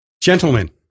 Gentlemen